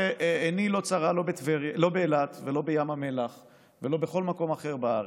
עיני לא צרה לא באילת ולא בים המלח ולא בכל מקום אחר בארץ.